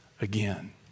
again